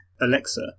alexa